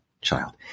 child